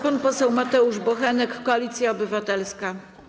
Pan poseł Mateusz Bochenek, Koalicja Obywatelska.